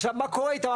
עכשיו מה קורה איתם?